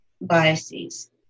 biases